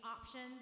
options